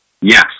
Yes